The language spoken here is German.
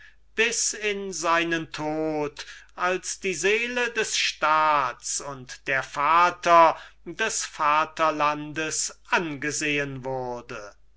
bis an sein ende als die seele des staats und der vater des vaterlands angesehen wurde